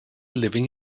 living